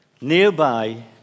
Nearby